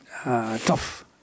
tough